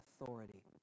authority